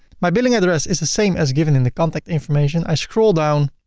my billing address is the same as given in the contact information. i scroll down.